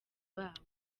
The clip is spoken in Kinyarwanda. babo